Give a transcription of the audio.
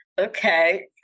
okay